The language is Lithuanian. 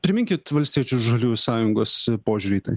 priminkit valstiečių ir žaliųjų sąjungos požiūrį į tai